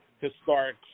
Historic